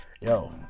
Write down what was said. Yo